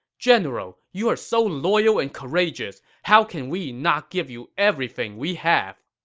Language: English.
general, you're so loyal and courageous. how can we not give you everything we have!